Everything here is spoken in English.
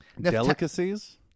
Delicacies